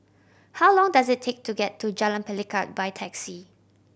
how long does it take to get to Jalan Pelikat by taxi